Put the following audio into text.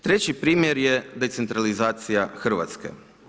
Treći primjer je decentralizacija Hrvatske.